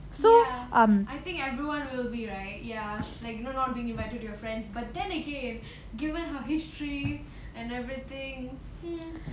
ya I think everyone will be right ya like you know not being invited your friends but then again given her history and everything hmm